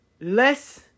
less